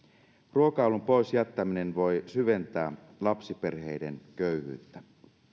ruokailun pois jättäminen voi syventää lapsiperheiden köyhyyttä